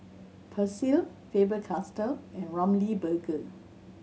Persil Faber Castell and Ramly Burger